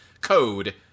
Code